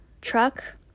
truck